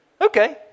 Okay